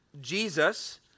Jesus